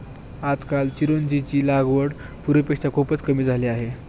आजकाल चिरोंजीची लागवड पूर्वीपेक्षा खूपच कमी झाली आहे